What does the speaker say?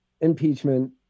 impeachment